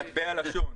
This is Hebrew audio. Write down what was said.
מטבע לשון.